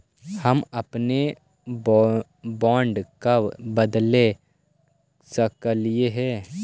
हम अपने बॉन्ड कब बदले सकलियई हे